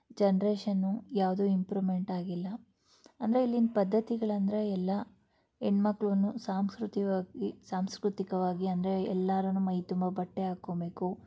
generation ಯಾವುದೂ improvement ಆಗಿಲ್ಲ ಅಂದರೆ ಇಲ್ಲಿನ ಪದ್ಧತಿಗಳಂದರೆ ಎಲ್ಲ ಹೆಣ್ ಮಕ್ಳೂನೂ ಸಾಂಸ್ಕೃತಿಕವಾಗಿ ಸಾಂಸ್ಕೃತಿಕವಾಗಿ ಅಂದರೆ ಎಲ್ಲಾರೂ ಮೈತುಂಬ ಬಟ್ಟೆ ಹಾಕೋಬೇಕು